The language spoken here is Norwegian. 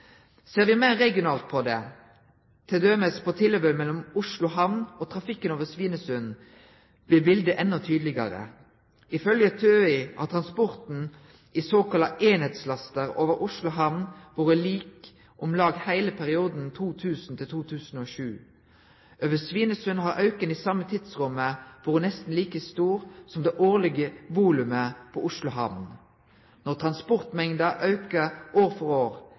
Ser me meir regionalt på det, t.d. på tilhøvet mellom Oslo hamn og trafikken over Svinesund, blir biletet enda tydelegare. Ifølgje TØI har transporten i såkalla «enhetslaster» over Oslo hamn vore lik i om lag heile perioden 2000–2007. Over Svinesund har auken i same tidsrommet vore nesten like stor som det årlege volumet på Oslo hamn. Når transportmengda aukar år for år,